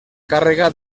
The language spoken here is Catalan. càrrega